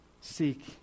seek